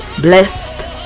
blessed